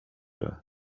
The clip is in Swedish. men